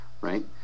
right